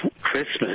Christmas